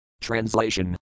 Translation